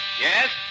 Yes